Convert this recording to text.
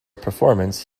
performance